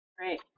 Great